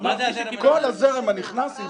אמרתי: כל הזרם הנכנס ייבדק.